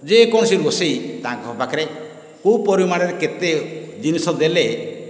ଯେକୌଣସି ରୋଷେଇ ତାଙ୍କ ପାଖରେ କେଉଁ ପରିମାଣରେ କେତେ ଜିନିଷ ଦେଲେ